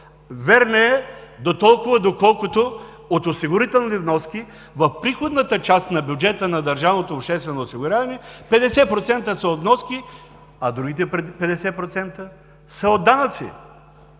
Вярна е, доколкото от осигурителни вноски в приходната част на бюджета на държавното обществено осигуряване 50% са от вноски, а другите 50% са от данъци.